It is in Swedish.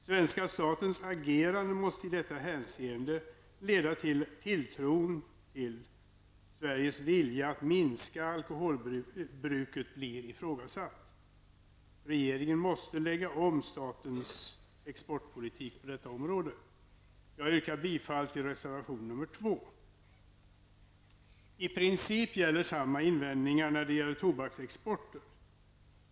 Svenska statens agerande måste i detta hänseende leda till att Sveriges vilja att minska alkoholbruket blir ifrågasatt. Regeringen måste lägga om statens exportpolitik på detta område. Jag yrkar bifall till reservation nr 2. I princip gäller samma invändningar när det gäller tobaksexporten.